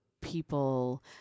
people